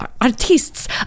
artists